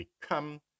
become